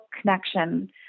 connection